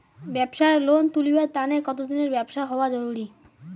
ব্যাবসার লোন তুলিবার তানে কতদিনের ব্যবসা হওয়া জরুরি?